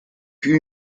più